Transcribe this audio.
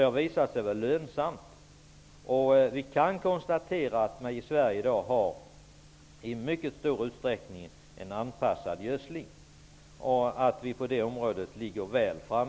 Det har visat sig vara lönsamt. Vi kan konstatera att det sker en i stor utsträckning anpassad gödsling i Sverige i dag. På det området ligger Sverige väl framme.